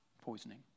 poisoning